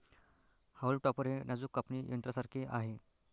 haulm topper हे नाजूक कापणी यंत्रासारखे आहे